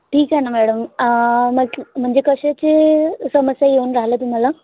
ठीक आहे ना मॅडम म्हंट म्हणजे कशाची समस्या येऊन राहिली तुम्हाला